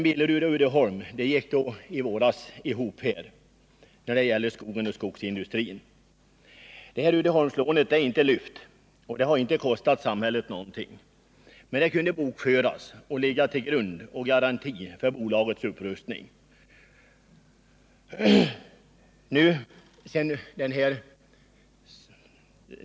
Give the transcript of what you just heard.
Billerud och Uddeholm gick i våras samman på skogens och skogsindustrins område. Uddeholmslånet har inte lyfts, och det har följaktligen inte kostat samhället någonting, men det har bokförts som en grund och garanti för bolagets upprustning.